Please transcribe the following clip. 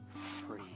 free